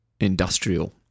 industrial